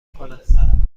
کنم